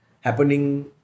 happening